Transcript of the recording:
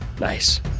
Nice